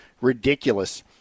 ridiculous